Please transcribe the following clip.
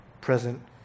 present